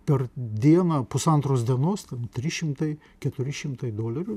per dieną pusantros dienos trys šimtai keturi šimtai dolerių